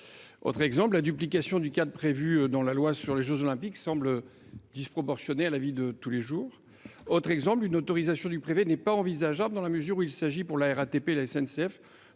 Autre exemple, la duplication du cadre prévu dans la loi sur les jeux Olympiques semble disproportionnée pour ce qui concerne la vie de tous les jours. Enfin, une autorisation du préfet n’est pas envisageable dans la mesure où il s’agit, pour la RATP et la SNCF,